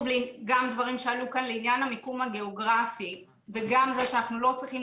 הדברים שעלו כאן לעניין המיקום הגיאוגרפי וגם זה שאנחנו לא צריכים